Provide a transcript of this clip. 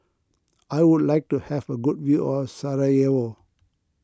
I would like to have a good view of Sarajevo